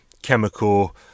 chemical